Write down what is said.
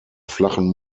flachen